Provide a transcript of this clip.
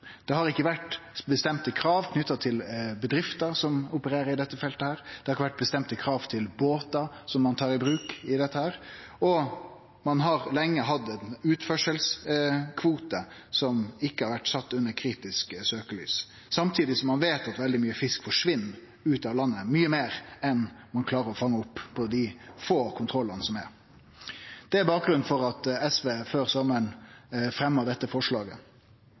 Det har ikkje vore bestemte krav knytte til bedrifter som opererer i dette feltet, det har ikkje vore bestemte krav til båtar som ein tar i bruk her, og ein har lenge hatt ei utførselskvote, som ikkje har vore sett under kritisk søkjelys, samtidig som ein veit at veldig mykje fisk forsvinn ut av landet, mykje meir enn ein klarer å fange opp med dei få kontrollane som er. Det er bakgrunnen for at SV før sommaren fremja dette forslaget.